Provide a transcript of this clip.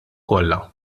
kollha